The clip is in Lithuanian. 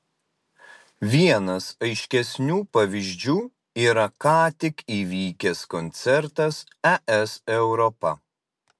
vienas aiškesnių pavyzdžių yra ką tik įvykęs koncertas es europa